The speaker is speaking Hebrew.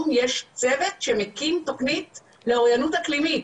יש צוות שמקים תוכנית לאוריינות אקלימית,